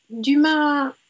Dumas